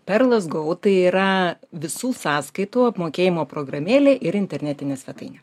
perlas gau tai yra visų sąskaitų apmokėjimo programėlė ir internetinė svetainė